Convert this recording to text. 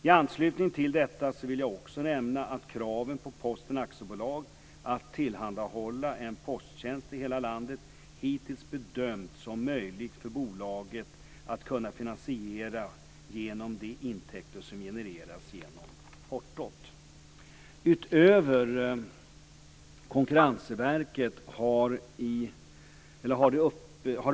I anslutning till detta vill jag också nämna att kraven på Posten AB att tillhandahålla en posttjänst i hela landet hittills bedömts som möjliga för bolaget att finansiera genom de intäkter som genereras genom portot.